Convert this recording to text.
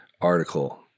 article